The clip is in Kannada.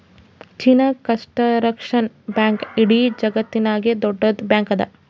ಚೀನಾ ಕಂಸ್ಟರಕ್ಷನ್ ಬ್ಯಾಂಕ್ ಇಡೀ ಜಗತ್ತನಾಗೆ ದೊಡ್ಡುದ್ ಬ್ಯಾಂಕ್ ಅದಾ